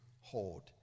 hold